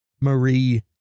Marie